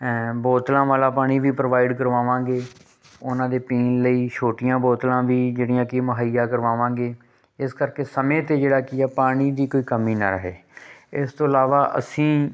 ਬੋਤਲਾਂ ਵਾਲਾ ਪਾਣੀ ਵੀ ਪ੍ਰੋਵਾਈਡ ਕਰਵਾਵਾਂਗੇ ਉਨ੍ਹਾਂ ਦੇ ਪੀਣ ਲਈ ਛੋਟੀਆਂ ਬੋਤਲਾਂ ਵੀ ਜਿਹੜੀਆਂ ਕੀ ਮੁਹੱਈਆ ਕਰਵਾਵਾਂਗੇ ਇਸ ਕਰਕੇ ਸਮੇਂ 'ਤੇ ਜਿਹੜਾ ਕੀ ਹੈ ਪਾਣੀ ਦੀ ਕੋਈ ਕਮੀ ਨਾ ਰਹੇ ਇਸ ਤੋਂ ਇਲਾਵਾ ਅਸੀਂ